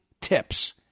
tips